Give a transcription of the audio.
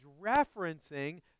referencing